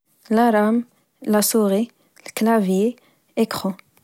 لارام لاسوغي لكلاڤيي إكخو